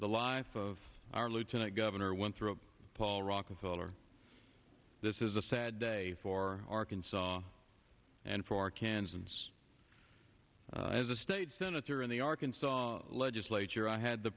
the life of our lieutenant governor went through paul rockefeller this is a sad day for arkansas and for arkansans as a state senator in the arkansas legislature i had the